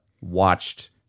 watched